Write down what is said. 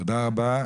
תודה רבה.